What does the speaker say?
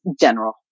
general